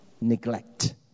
neglect